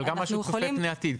אבל גם מה שצופה פני עתיד.